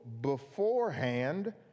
beforehand